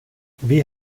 wie